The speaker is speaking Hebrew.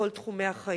בכל תחומי החיים.